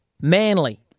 Manly